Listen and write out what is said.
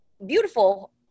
beautiful